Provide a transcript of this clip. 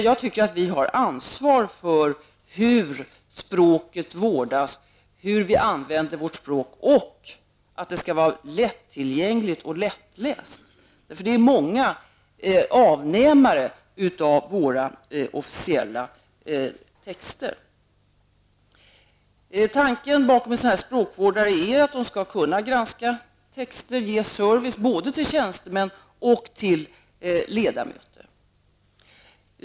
Jag anser att vi har ett ansvar för hur språket vårdas, hur vi använder vårt språk, och att det skall vara lättillgängligt och lättläst. Det finns många avnämare till våra officiella texter. Tanken bakom att ha sådana språkvårdare är att de skall kunna granska texter och ge service både till tjänstemän och till ledamöter.